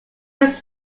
was